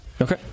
Okay